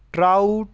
trout